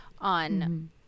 on